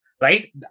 right